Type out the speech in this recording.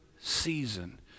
season